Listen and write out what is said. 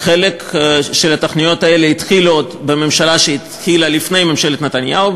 חלק מהתוכניות האלה התחיל עוד בממשלה שהתחילה לפני ממשלת נתניהו,